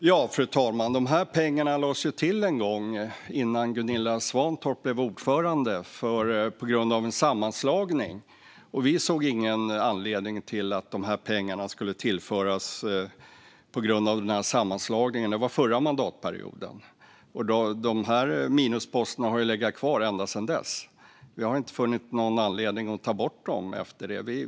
Fru talman! Dessa pengar lades ju till en gång, innan Gunilla Svantorp blev ordförande, på grund av en sammanslagning. Vi såg ingen anledning till att dessa pengar skulle tillföras på grund av denna sammanslagning. Det var förra mandatperioden, och de här minusposterna har legat kvar ända sedan dess. Vi har inte funnit någon anledning att ta bort dem efter det.